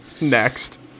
Next